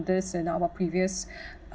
these and our previous